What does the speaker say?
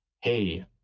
hey